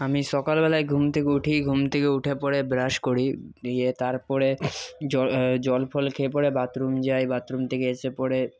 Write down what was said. আমি সকালবেলায় ঘুম থেকে উঠি ঘুম থেকে উঠে পরে ব্রাশ করি দিয়ে তারপরে জল জল ফল খেয়ে পরে বাথরুম যাই বাথরুম থেকে এসে পরে